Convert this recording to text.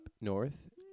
north